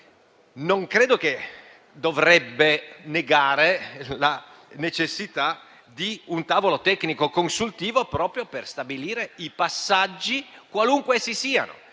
non dovrebbe negare la necessità di un tavolo tecnico consultivo, proprio per stabilire i passaggi, qualunque essi siano: